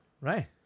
Right